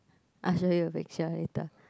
I show you her picture later